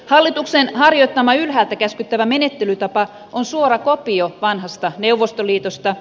hallituksen harjoittama ylhäältä käskyttävä menettelytapa on suora kopio vanhasta neuvostoliitosta